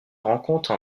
rencontre